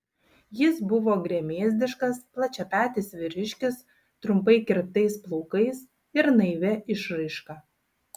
jis buvo gremėzdiškas plačiapetis vyriškis trumpai kirptais plaukais ir naivia išraiška